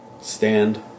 Stand